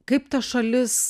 kaip ta šalis